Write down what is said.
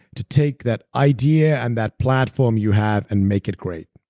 to take that idea and that platform you have and make it great.